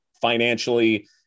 financially